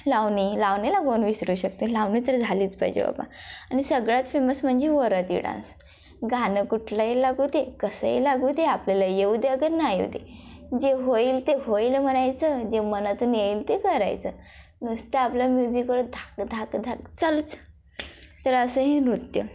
लावणी लावणीला कोण विसरू शकते लावणी तर झालीच पाहिजे बाबा आणि सगळ्यात फेमस म्हणजे वराती डान्स गाणं कुठलंही लागू दे कसंही लागू दे आपल्याला येऊ दे अगर नाही येऊ दे जे होईल ते होईल म्हणायचं जे मनातून येईल ते करायचं नुसतं आपल्या म्युझिकवर धाक धाक धाक चालूचं तर असं हे नृत्य